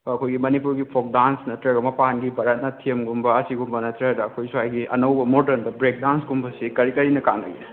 ꯑꯩꯈꯣꯏꯒꯤ ꯃꯅꯤꯄꯨꯔꯒꯤ folk dance ꯅꯠꯇ꯭ꯔꯒ ꯃꯄꯥꯟꯒꯤ ꯚꯥꯔꯠ ꯅꯥꯇꯤꯌꯥꯝꯒꯨꯝꯕ ꯑꯁꯤꯒꯨꯝꯕ ꯅꯠꯇ꯭ꯔꯒ ꯑꯩꯈꯣꯏ ꯁ꯭ꯋꯥꯏꯒꯤ ꯑꯅꯧꯕ ꯃꯣꯗꯔꯟꯗ ꯕ꯭ꯔꯦꯛ ꯗꯥꯟꯁ ꯀꯨꯝꯕꯁꯦ ꯀꯔꯤ ꯀꯔꯤꯅ ꯀꯅꯥꯒꯦ